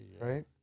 Right